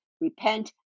repent